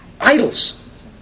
idols